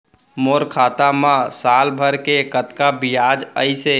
मोर खाता मा साल भर के कतका बियाज अइसे?